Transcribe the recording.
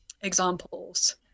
examples